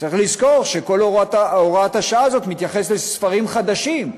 צריך לזכור שכל הוראת השעה הזאת מתייחסת לספרים חדשים,